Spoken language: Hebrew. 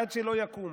עד שלא יקום